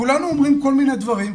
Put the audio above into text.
כולנו אומרים כל מיני דברים,